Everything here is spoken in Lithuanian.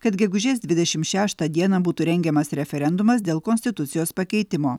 kad gegužės dvidešim šeštą dieną būtų rengiamas referendumas dėl konstitucijos pakeitimo